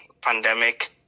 pandemic